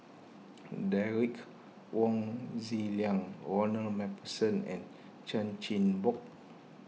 Derek Wong Zi Liang Ronald MacPherson and Chan Chin Bock